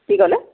কি ক'লে